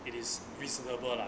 it is reasonable lah